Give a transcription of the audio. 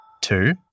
Two